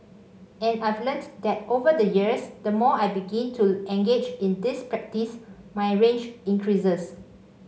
and I've learnt that over the years the more I begin to engage in this practice my range increases